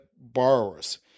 borrowers